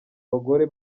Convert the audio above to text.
bagore